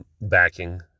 backing